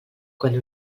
quan